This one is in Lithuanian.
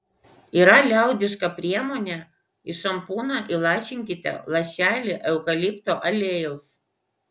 yra liaudiška priemonė į šampūną įlašinkite lašelį eukalipto aliejaus